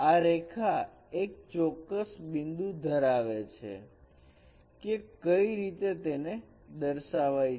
આ રેખા એક ચોક્કસ બિંદુ ધરાવે છે કે કઈ રીતે તેને દર્શાવાય છે